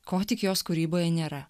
ko tik jos kūryboje nėra